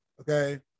okay